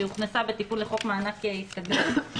שהוכנסה בתיקון לחוק מענק הסתגלות.